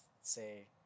say